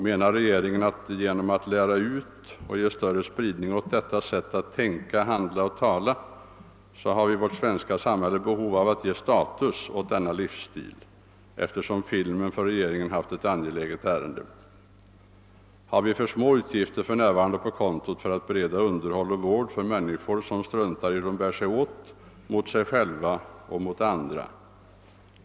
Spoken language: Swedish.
Menar regeringen att genom detta lära ut och ge större spridning åt detta sätt att tänka, handla, tala? Har vi i vårt svenska samhälle behov av att ge status åt denna livsstil, eftersom filmen för regeringen haft ett angeläget ärende? Har vi för små utgifter för närvarande på kontot för att bereda underhåll och vård för människor, som struntar i hur de bär sig åt mot sig själva och mot andra?